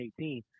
2018